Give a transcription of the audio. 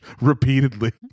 repeatedly